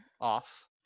off